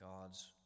God's